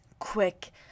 quick